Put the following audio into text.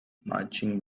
marching